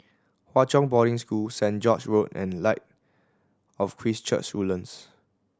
Hwa Chong Boarding School Saint George's Road and Light of Christ Church Woodlands